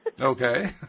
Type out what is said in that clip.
Okay